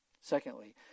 Secondly